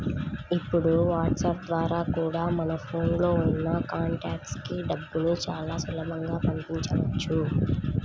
ఇప్పుడు వాట్సాప్ ద్వారా కూడా మన ఫోన్ లో ఉన్న కాంటాక్ట్స్ కి డబ్బుని చాలా సులభంగా పంపించవచ్చు